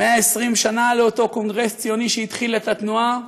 120 שנה לאותו קונגרס ציוני שהתחיל את התנועה,